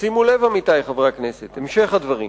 שימו לב, עמיתי חברי הכנסת, המשך הדברים: